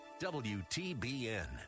WTBN